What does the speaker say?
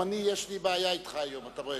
יש לי בעיה אתך היום, אתה רואה.